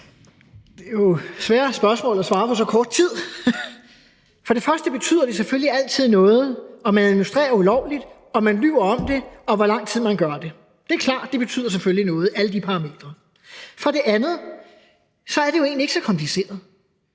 Det er jo svære spørgsmål at svare på på så kort tid. For det første betyder det selvfølgelig altid noget, om man administrerer ulovligt, om man lyver om det, og hvor lang tid man gør det. Det er klart, at alle de parametre selvfølgelig betyder noget. For det andet er det jo egentlig ikke så kompliceret.